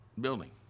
building